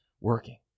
working